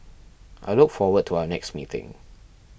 i look forward to our next meeting